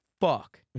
fuck